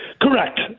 Correct